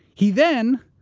he then